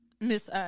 Miss